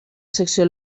secció